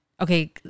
okay